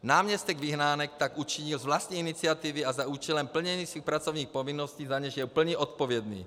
Náměstek Vyhnánek tak učinil z vlastní iniciativy a za účelem plnění svých pracovních povinností, za něž je plně odpovědný.